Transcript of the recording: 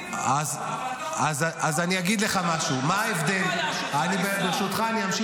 השופט שיעמוד בראש ועדת החקירה מראש לא יהיה אובייקטיבי.